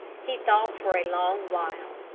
he thought for a long while.